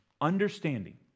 understanding